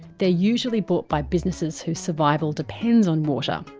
they're usually bought by businesses whose survival depends on water.